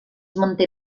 manté